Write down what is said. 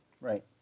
Right